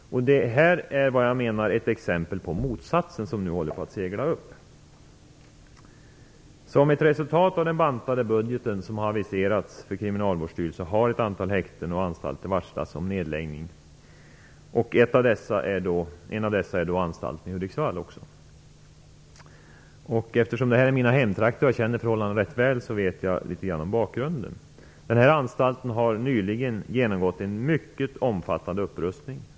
Jag tycker att det jag tar upp i min interpellation är ett exempel på motsatsen. Som ett resultat av den bantade budget som aviserats för Kriminalvårdsstyrelsen har ett antal häkten och anstalter varslats om nedläggning. En av dessa är anstalten i Hudiksvall. Eftersom det är mina hemtrakter känner jag till förhållandena rätt väl och vet litet om bakgrunden. Anstalten har nyligen genomgått en mycket omfattande upprustning.